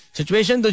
Situation